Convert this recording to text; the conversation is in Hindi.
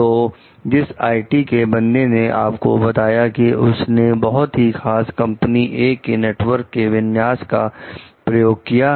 तो जिस आईटी के बंदे ने आपको बताया कि उसने बहुत ही खास कंपनी ए के नेटवर्क के विन्यास का इस्तेमाल किया है